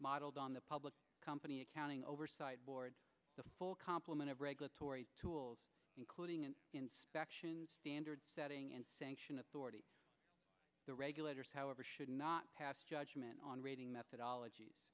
modeled on the public company accounting oversight board the full complement of regulatory tools including and inspections standards setting and sanction authority the regulators however should not pass judgment on rating methodolog